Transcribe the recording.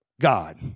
God